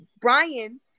Brian